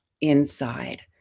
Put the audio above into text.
inside